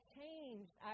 changed